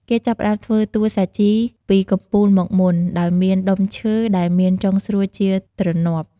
គេចាប់ផ្តើមធ្វើតួសាជីពីកំពូលមកមុន ដោយមានដុំឈើដែលមានចុងស្រួចជាទ្រនាប់។